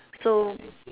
so